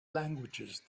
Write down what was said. languages